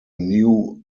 new